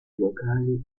locali